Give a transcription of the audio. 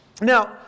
Now